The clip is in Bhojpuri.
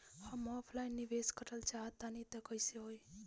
हम ऑफलाइन निवेस करलऽ चाह तनि कइसे होई?